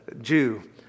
Jew